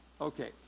Okay